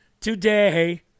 today